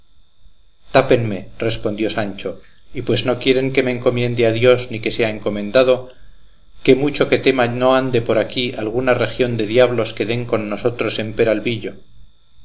tápenme respondió sancho y pues no quieren que me encomiende a dios ni que sea encomendado qué mucho que tema no ande por aquí alguna región de diablos que den con nosotros en peralvillo